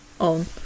on